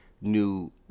new